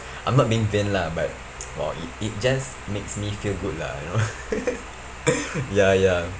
I'm not being vain lah but !wah! it it just makes me feel good lah you know ya ya